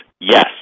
yes